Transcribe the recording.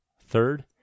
Third